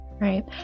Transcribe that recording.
Right